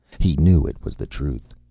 he knew it was the truth.